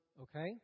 okay